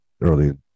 early